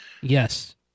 Yes